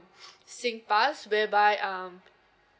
SingPass whereby um